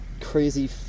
crazy